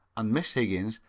and mrs. higgins,